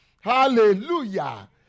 Hallelujah